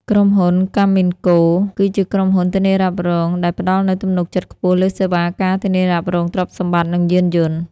ក្រុមហ៊ុន កាមិនកូ Caminco គឺជាក្រុមហ៊ុនធានារ៉ាប់រងរដ្ឋដែលផ្ដល់នូវទំនុកចិត្តខ្ពស់លើសេវា ការធានារ៉ាប់រងទ្រព្យសម្បត្តិ និងយានយន្ត។